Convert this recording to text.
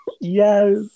Yes